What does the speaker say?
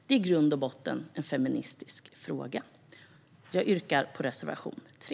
Det är i grund och botten en feministisk fråga. Jag yrkar bifall till reservation 3.